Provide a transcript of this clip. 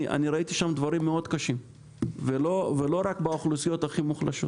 אני ראיתי שם דברים מאוד קשים ולא רק באוכלוסיות הכי מוחלשות